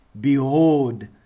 Behold